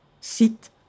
sit